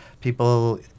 People